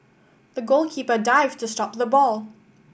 the goalkeeper dived to stop the ball